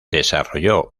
desarrolló